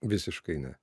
visiškai ne